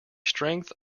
strength